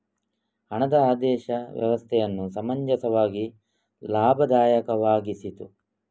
ಹಣದ ಆದೇಶ ವ್ಯವಸ್ಥೆಯನ್ನು ಸಮಂಜಸವಾಗಿ ಲಾಭದಾಯಕವಾಗಿಸಿತು